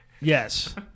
Yes